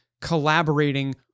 collaborating